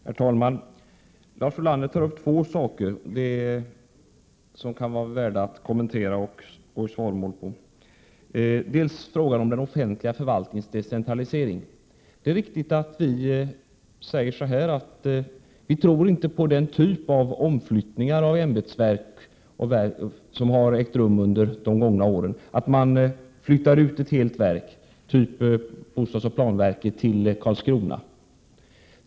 Herr talman! Lars Ulander tog upp två saker som kan vara värda att kommentera och som kan göra det värt att gå i svaromål. Det var först och främst frågan om den offentliga förvaltningens decentralisering. Det är riktigt att vi inte tror på den typ av omflyttningar av ämbetsverk som har ägt rum under de gångna åren. Det innebär att man flyttar ut ett helt verk, typ flyttningen av planoch bostadsverket till Karlskrona.